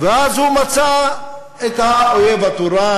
ואז הוא מצא את האויב התורן,